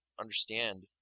understand